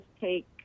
take